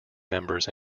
members